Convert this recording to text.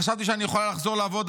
חשבתי שאני אוכל לחזור לעבוד,